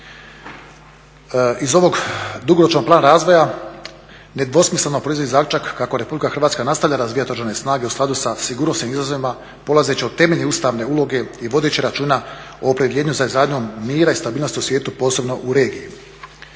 Iz ovog dugoročnog plana razvoja nedvosmisleno proizlazi zaključak kako RH nastavlja razvijati Oružane snage u skladu sa sigurnosnim izazovima, polazeći od temeljen Ustavne uloge i vodeći računa o opredjeljenju za izgradnjom mira i stabilnosti u svijetu, posebno u regiji.